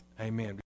Amen